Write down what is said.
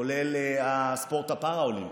כולל הספורט הפראלימפי,